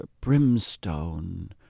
brimstone